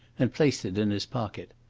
and placed it in his pocket.